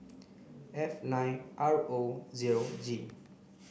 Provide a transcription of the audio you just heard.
F nine R O zero G